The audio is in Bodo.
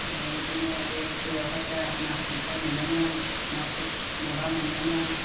मबावबा बिदिनो बे दैयावहाय बिराद ना खांख्राइ मोनोमोन नाथुर माबा मोनोमोन